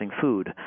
food